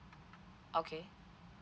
okay